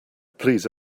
please